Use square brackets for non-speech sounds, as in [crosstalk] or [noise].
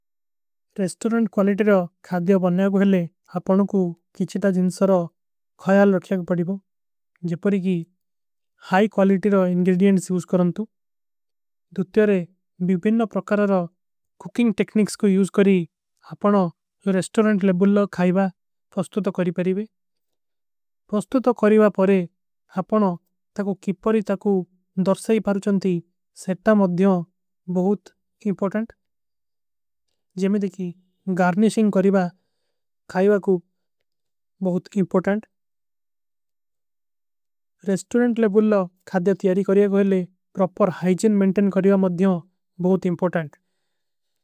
Restaurant quality ରହ ଖାଦ୍ଯା ବନନା ଗଏଲେ ଆପନୋଂ କୁଛୀ ତା। ଜିନସର ଖଯାଲ ରଖ୍ଯାଗ ବଡୀବୋଂ ଜପରୀ କୀ ହାଈ କ୍ଵାଲିଟୀ। ରହ ଇଂଗେଲ୍ଡିଯେଂଡସ ଇଉସକରନତୁ ଦୁତ୍ଯାରେ ବିଵିନ ପ୍ରକାରାର। କୁକିଂଗ ଟେକନିକ୍ସ କୋ ଇଉସକରୀ ଆପନୋଂ ରେସ୍ଟୋରେଂଟ ଲେବୁଲ। ଖାଈବା ଫସ୍ତୁତ କରୀ ପରୀବେ ଫସ୍ତୁତ କରୀବା ପରେ ଆପନୋଂ। ତକୋ କିପରୀ ତକୋ ଦର୍ଶାଈ ପରୁଛନତୀ ସେଟ୍ଟା ମଧ୍ଯୋଂ ବହୁତ। ଇଂପୋଟନ୍ଟ ଜୈମେଂ ଦେଖୀ ଗାର୍ଣିଶିଂଗ କରୀବା ଖାଈବା କୁଛ ବହୁତ। ଇଂପୋଟନ୍ଟ [hesitation] ରେସ୍ଟୋରେଂଟ ଲେବୁଲ ଖାଈବା ତିଯାରୀ। କରୀବା ଗଏଲେ ପ୍ରୌପର ହାଈଜେନ ମେଂଟେନ କରୀବା ମଧ୍ଯୋଂ ବହୁତ ଇଂପୋଟନ୍ଟ।